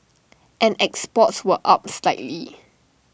and exports were up slightly